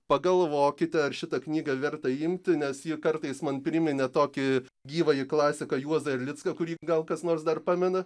pagalvokite ar šitą knygą verta imti nes ji kartais man priminė tokį gyvąjį klasiką juozą erlicką kurį gal kas nors dar pamena